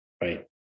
Right